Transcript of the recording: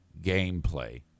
gameplay